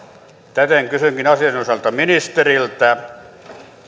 täten kysynkin asianosaiselta ministeriltä